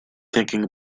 thinking